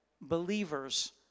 believers